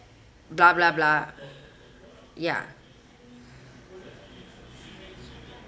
blah blah blah ya